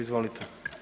Izvolite.